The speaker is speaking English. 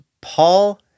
Paul